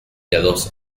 piadoso